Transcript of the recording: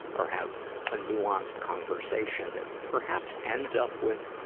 or have a nuanced conversation that perhaps ends up with,